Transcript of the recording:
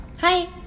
Hi